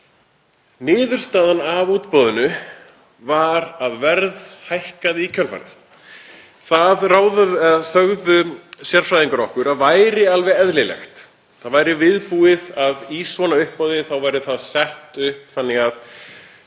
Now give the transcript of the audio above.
Niðurstaðan af útboðinu var að verð hækkaði í kjölfarið. Það sögðu sérfræðingar okkar að væri alveg eðlilegt. Það væri viðbúið að í svona uppboði væri þetta sett upp þannig að